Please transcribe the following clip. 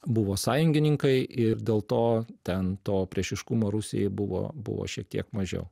buvo sąjungininkai ir dėl to ten to priešiškumo rusijai buvo buvo šiek tiek mažiau